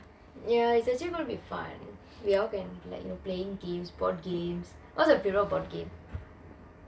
ya it's actually going to be fun ya'll can you know playing games board games what's your favourite board game